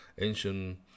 ancient